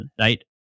right